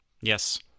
yes